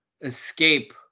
escape